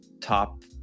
top